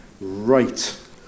Right